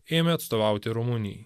ėmė atstovauti rumunijai